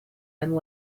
and